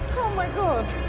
my god